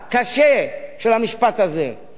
אינני יודע מי יצר את אותה בעיה.